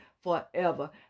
forever